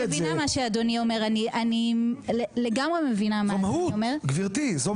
זו מהות, גבירתי.